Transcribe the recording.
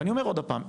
ואני אומר עוד פעם,